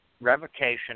revocation